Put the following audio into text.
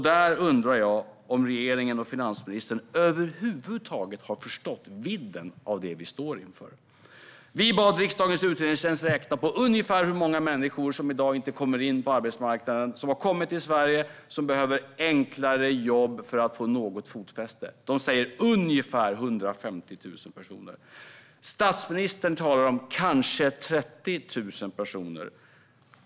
Där undrar jag om regeringen och finansministern över huvud taget har förstått vidden av det vi står inför. Vi bad riksdagens utredningstjänst räkna på ungefär hur många människor som i dag inte kommer in på arbetsmarknaden som har kommit till Sverige och behöver enklare jobb för att få något fotfäste. Man svarade ungefär 150 000 personer. Statsministern talar om kanske 30 000 personer.